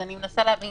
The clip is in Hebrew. אז אני מנסה להבין